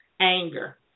anger